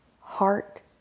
heart